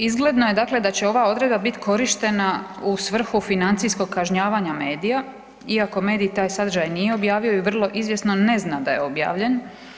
Izgledno je dakle da će ova odredba biti korištena u svrhu financijskog kažnjavanja medija iako medij taj sadržaj nije objavio i vrlo izvjesno ne zna da je objavljen.